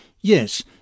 Yes